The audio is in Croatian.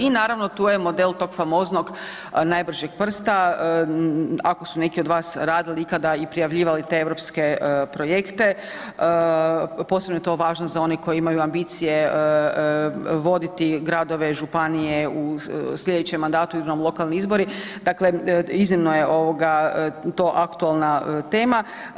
I naravno tu je model tog famoznog najbržeg prsta, ako su neki od vas radili ikada i prijavljivali te europske projekte, posebno je to važno za one koji imaju ambicije voditi gradove, županije u sljedećem mandatu, idu nam lokalni izbori, dakle iznimno je to aktualna tema.